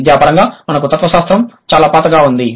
విద్యాపరంగా మనకు తత్వశాస్త్రం చాలా పాతగా ఉంది